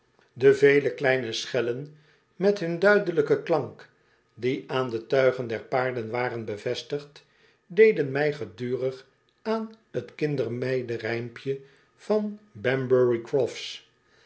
de vele kleine schellen met hun duidelijken klank die aan de tuigen der paarden waren bevestigd deden mij gedurig aan tkindermeidenrijmpje van bambury crofs